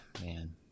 man